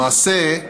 למעשה,